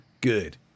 good